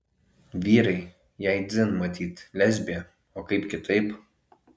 vyrai jai dzin matyt lesbė o kaip kitaip